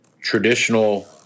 traditional